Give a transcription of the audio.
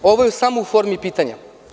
Ovo je samo u formi pitanja.